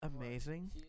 amazing